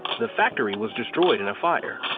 the factory was destroyed in a fire,